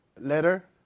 letter